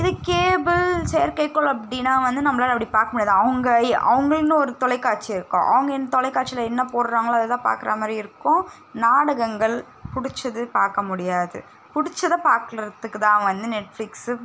இதே கேபுள் செயற்கைக்கோள் அப்படின்னா வந்து நம்மளால அப்படி பார்க்க முடியாது அவங்க எ அவங்களுக்குன்னு ஒரு தொலைக்காட்சி இருக்கும் அவங்க என் தொலைக்காட்சியில என்ன போடுகிறாங்களோ அதை தான் பார்க்குறா மாதிரி இருக்கும் நாடகங்கள் பிடிச்சது பார்க்க முடியாது பிடிச்சத பார்க்குறத்துக்கு தான் வந்து நெட்ஃப்ளிக்ஸு